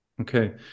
Okay